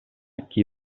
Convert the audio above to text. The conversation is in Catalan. qui